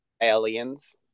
Aliens